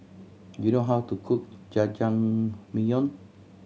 do you know how to cook Jajangmyeon